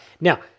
Now